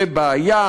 זה בעיה,